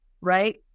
right